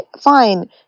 fine